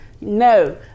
No